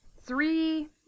three